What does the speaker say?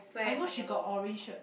I know she got orange shirt